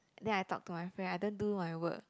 then I talk to my friend I don't do my work